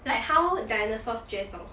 like how dinosaurs 绝种